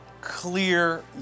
Clear